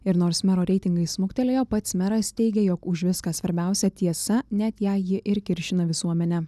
ir nors mero reitingai smuktelėjo pats meras teigė jog už viską svarbiausia tiesa net jei ji ir kiršina visuomenę